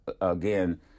again